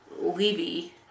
Levy